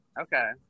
okay